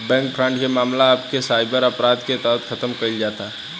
bank fraud के मामला के अब साइबर अपराध के तहत खतम कईल जाता